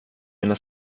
mina